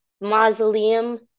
mausoleum